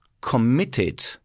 committed